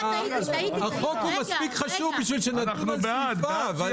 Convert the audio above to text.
החוק מספיק חשוב כדי שנדון על סעיפיו.